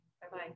Bye-bye